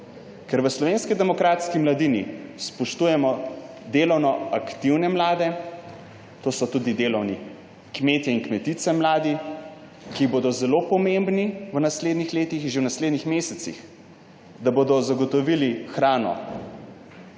Ker v Slovenski demokratski mladini spoštujemo delovno aktivne mlade, to so tudi delovni mladi kmetje in kmetice, ki bodo zelo pomembni v naslednjih letih in že v naslednjih mesecih, da bodo zagotovili hrano,